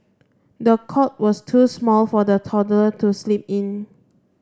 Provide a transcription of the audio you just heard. the cot was too small for the toddler to sleep in